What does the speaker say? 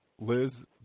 Liz